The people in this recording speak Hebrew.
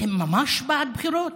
אתם ממש בעד בחירות?